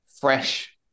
fresh